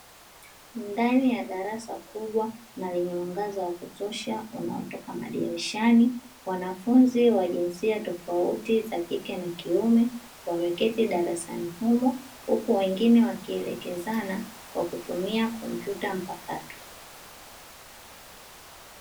Ndani ya darasa kubwa na lenye mwangaza wa kutosha unaotoka dirishani wanafunzi wa jinsia tofauti za kike na kiume, wameketi darasani humo huku wengine wakielekezana kwa kutumia kompyuta mpakato.